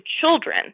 children